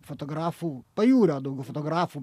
fotografų pajūrio daugiau fotografų